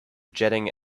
jetting